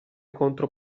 contro